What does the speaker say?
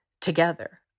together